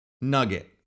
nugget